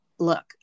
look